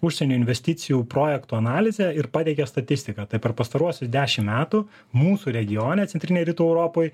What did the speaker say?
užsienio investicijų projektų analizę ir pateikia statistika tai per pastaruosius dešim metų mūsų regione centrinėj rytų europoj